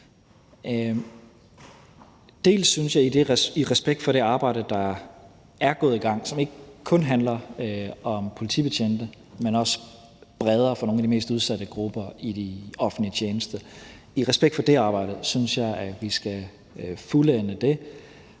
synes jeg, at vi skal fuldende det